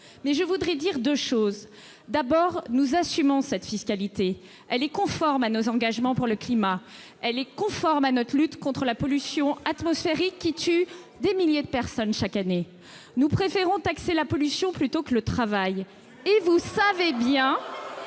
mais je voudrais dire deux choses. D'abord, nous assumons cette fiscalité ; elle est conforme à nos engagements pour le climat. Elle est conforme à notre lutte contre la pollution atmosphérique, qui tue des milliers de personnes chaque année. Nous préférons taxer la pollution plutôt que le travail. Et vous savez bien